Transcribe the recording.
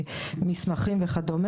מסמכים וכד'.